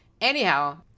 anyhow